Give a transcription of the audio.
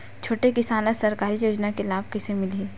छोटे किसान ला सरकारी योजना के लाभ कइसे मिलही?